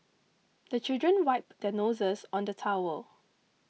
the children wipe their noses on the towel